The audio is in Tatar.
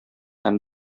һәм